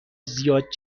زیاد